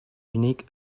unique